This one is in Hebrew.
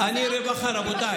אני בענייני רווחה.